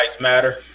matter